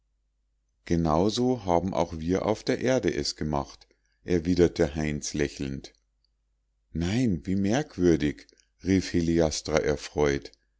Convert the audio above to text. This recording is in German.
so haben auch wir auf der erde es gemacht erwiderte heinz lächelnd nein wie merkwürdig rief heliastra erfreut